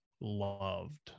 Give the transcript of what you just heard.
loved